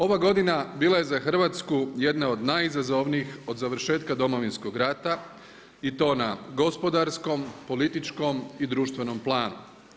Ova godina bila je za Hrvatsku jedna od najizazovnijih od završetka Domovinskog rata i to na gospodarskom, političkom i društvenom planu.